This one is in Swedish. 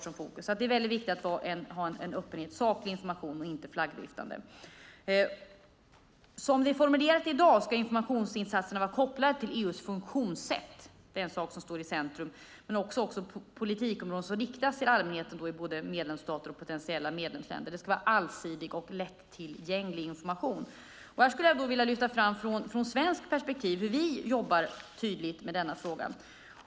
Som det är formulerat i dag ska informationsinsatserna vara kopplade till EU:s funktionssätt. Det är en sak som står i centrum. Inom alla politikområden ska information som riktar sig till allmänheten i medlemsstater och potentiella medlemsländer vara allsidig och lättillgänglig. Jag vill lyfta fram hur vi från svensk sida jobbar med denna fråga.